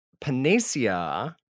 Panacea